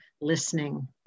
listening